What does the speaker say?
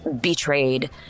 betrayed